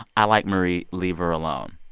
i like marie. leave her alone.